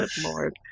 lord